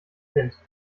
sind